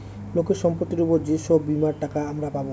লোকের সম্পত্তির উপর যে সব বীমার টাকা আমরা পাবো